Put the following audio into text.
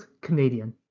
Canadian